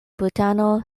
butano